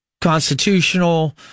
constitutional